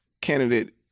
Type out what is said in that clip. candidate